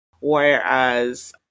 Whereas